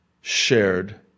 shared